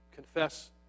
Confess